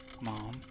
Mom